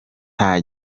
nta